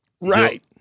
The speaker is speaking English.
right